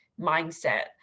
mindset